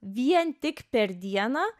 vien tik per dieną